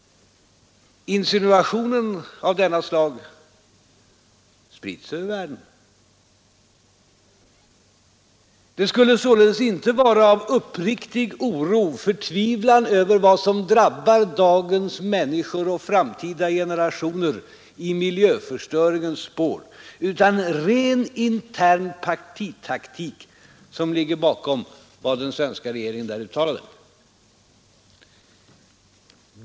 Insinuationer av detta slag sprids över världen. Det skulle således vara, inte uppriktig oro och förtvivlan över vad som drabbar dagens människor och framtida generationer i miljöförstöringens spår, utan rent intern taktik, som låg bakom vad den svenska regeringen där uttalat.